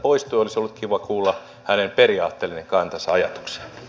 olisi ollut kiva kuulla hänen periaatteellinen kantansa ajatukseen